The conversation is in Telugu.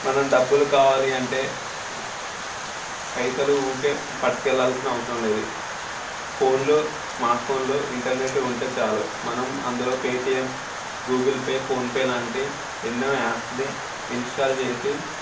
మనం డబ్బులు కావాలి అంటే పైసలు ఊరికే పట్టుకెళ్లాల్సిన అవసరం లేదు ఫోన్లో స్మార్ట్ ఫోన్లో ఇంటర్నెట్ ఉంటే చాలు మనం అందులో పేటియం గూగుల్ పే ఫోన్పే లాంటి ఎన్నో యాప్స్ ని ఇంస్టాల్ చేసి